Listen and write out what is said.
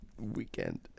weekend